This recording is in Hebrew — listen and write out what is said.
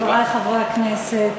חברי חברי הכנסת,